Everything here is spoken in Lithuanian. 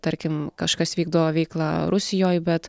tarkim kažkas vykdo veiklą rusijoj bet